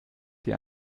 dir